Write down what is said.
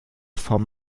vom